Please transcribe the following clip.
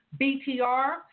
BTR